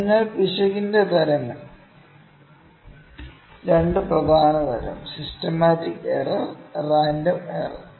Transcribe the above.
അതിനാൽ പിശകിന്റെ തരങ്ങൾ 2 പ്രധാന തരം സിസ്റ്റമാറ്റിക് എറർ റാൻഡം എറർ